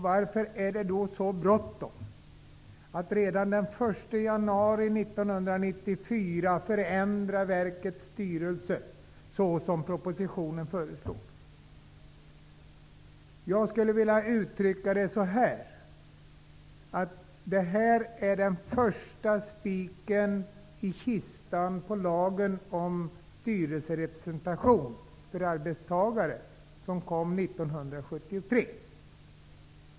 Varför är det så bråttom att redan den 1 januari 1994 förändra verkets styrelse så som propositionen föreslår? Jag skulle vilja uttrycka det som att det här är den första spiken i kistan på lagen om styrelserepresentation för arbetstagare som kom 1973.